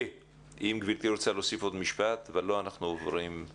אם גברתי רוצה להוסיף עוד משפט, ולא אנחנו עוברים.